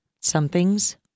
somethings